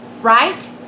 right